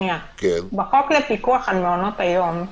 בחוק לפיקוח על מעונות היום,